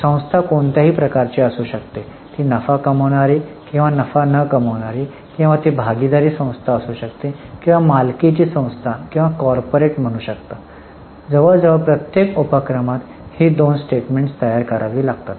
संस्था कोणत्याही प्रकारची असू शकते ती नफा कमावणारी किंवा नफा न कमावणारी किंवा ती भागीदारी संस्था असू शकते किंवा मालकीची संस्था किंवा कॉर्पोरेट म्हणू शकते जवळजवळ प्रत्येक उपक्रमात ही दोन स्टेटमेंट्स तयार करावी लागतात